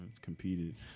competed